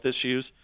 issues